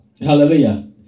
Hallelujah